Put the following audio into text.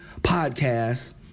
podcast